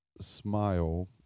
Smile